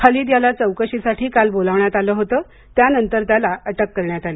खालिद याला काल चौकशीसाठी बोलावण्यात आलं होतं त्यानंतर त्याला अटक करण्यात आली